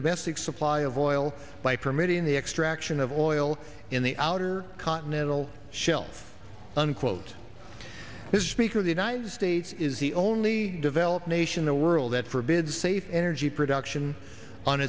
domestic supply of oil by permitting the extraction of oil in the outer continental shelf unquote is speaking of the united states is the only developed nation a world that forbids safe energy production on